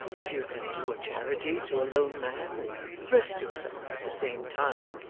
if you can do a charity to a lone man, and rest yourself at the same time,